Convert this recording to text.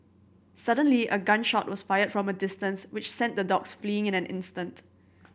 suddenly a gun shot was fired from a distance which sent the dogs fleeing in an instant